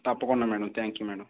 తప్పకుండా madam thank you madam